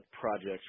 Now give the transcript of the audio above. projects